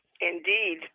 indeed